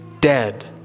dead